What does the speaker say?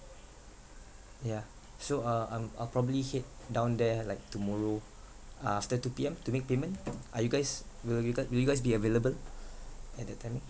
yeah so uh um I'll probably head down there like tomorrow uh after two P_M to make payment are you guys will you guy will you guys be available at that time